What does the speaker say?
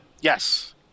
Yes